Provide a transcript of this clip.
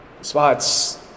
spots